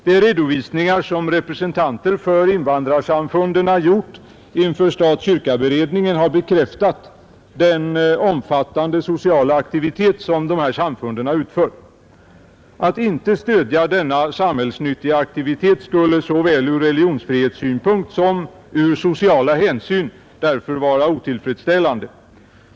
De redovisningar som representanter för invandrarsamfunden gjort inför stat—kyrka-beredningen har bekräftat den omfattande sociala aktivitet som dessa samfund utför. Att inte stödja denna samhällsnyttiga aktivitet skulle såväl ur religionsfrihetssynpunkt som av sociala hänsyn vara otillfredsställande.